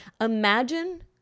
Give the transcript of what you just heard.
Imagine